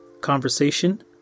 conversation